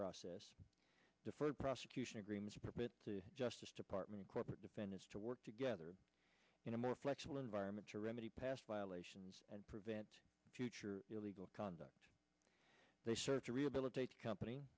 process deferred prosecution agreements permit the justice department corporate defendants to work together in a more flexible environment to remedy past violations and prevent future illegal conduct they serve to rehabilitate the company